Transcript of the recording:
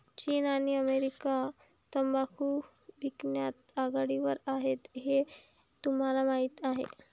चीन आणि अमेरिका तंबाखू पिकवण्यात आघाडीवर आहेत हे तुम्हाला माहीत आहे